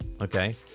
okay